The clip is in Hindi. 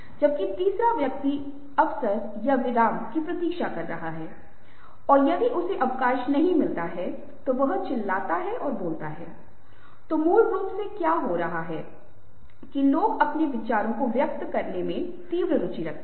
अब अगली संचार शैली जिसे सोक्राटिक संचार शैली कहा जाता है यहां आकर मैं सिर्फ यह पढ़ूंगा कि वास्तव में सोक्राटिक का अर्थ क्या है सोक्रेटिक वह व्यक्ति है जो वक्रपटूता और विवरणों के विश्लेषण से सबसे अधिक चिंतित है